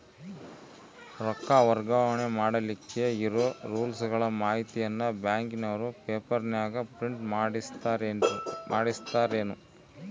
ರೊಕ್ಕ ವರ್ಗಾವಣೆ ಮಾಡಿಲಿಕ್ಕೆ ಇರೋ ರೂಲ್ಸುಗಳ ಮಾಹಿತಿಯನ್ನ ಬ್ಯಾಂಕಿನವರು ಪೇಪರನಾಗ ಪ್ರಿಂಟ್ ಮಾಡಿಸ್ಯಾರೇನು?